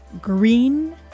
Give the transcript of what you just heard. green